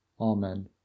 Amen